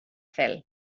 fel